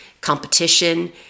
competition